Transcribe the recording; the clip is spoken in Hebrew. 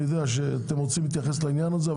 אני יודע שאתם רוצים להתייחס לעניין הזה,